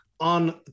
on